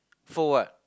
for what